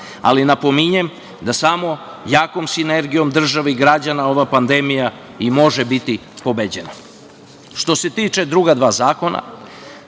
ali napominjem da samo jako sinergijom države i građana ova pandemija i može biti pobeđena. Što se tiče druga dva zakona,